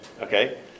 Okay